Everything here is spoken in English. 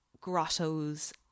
grottos